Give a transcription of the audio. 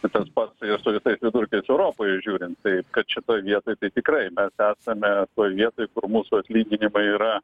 tai tas pats ir su visais vidurkiais europoje žiūrint taip kad šitoj vietoj tai tikrai mes esame toj vietoj kur mūsų atlyginimai yra